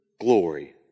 glory